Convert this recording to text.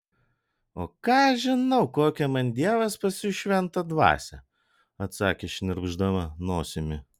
o ką aš žinau kokią man dievas pasiųs šventą dvasią atsakė šnirpšdama nosimi